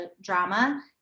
drama